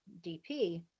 DP